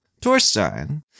Torstein